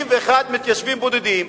51 מתיישבים בודדים,